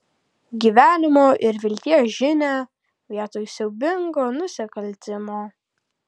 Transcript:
gyvenimo ir vilties žinią vietoj siaubingo nusikaltimo